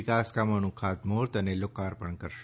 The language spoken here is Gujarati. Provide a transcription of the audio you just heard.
વિકાસકામોનું ખાતમૂહુર્ત અને લોકાર્પણ કરશે